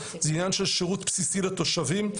זה עניין של שירות בסיסי לתושבים.